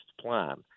plan